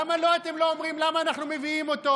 למה לו אתם לא אומרים: למה אנחנו מביאים אותו?